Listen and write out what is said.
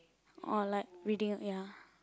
or like reading ya